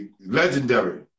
legendary